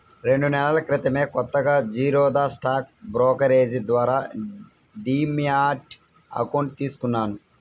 రెండు నెలల క్రితమే కొత్తగా జిరోదా స్టాక్ బ్రోకరేజీ ద్వారా డీమ్యాట్ అకౌంట్ తీసుకున్నాను